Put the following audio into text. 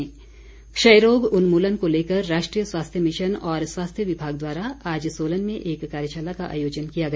क्षयरोग क्षयरोग उन्मूलन को लेकर राष्ट्रीय स्वास्थ्य मिशन और स्वास्थ्य विभाग द्वारा आज सोलन में एक कार्यशाला का आयोजन किया गया